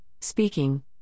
speaking